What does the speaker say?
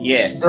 Yes